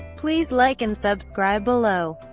please like and subscribe below.